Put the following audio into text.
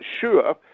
sure